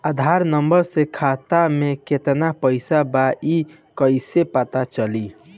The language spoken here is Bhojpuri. आधार नंबर से खाता में केतना पईसा बा ई क्ईसे पता चलि?